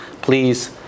please